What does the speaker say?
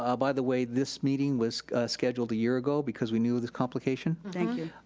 ah by the way, this meeting was scheduled a year ago because we knew of this complication. thank you.